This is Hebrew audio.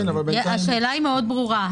השאלה היא מאוד ברורה.